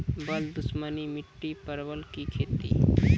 बल दुश्मनी मिट्टी परवल की खेती?